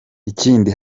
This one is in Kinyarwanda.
ikindi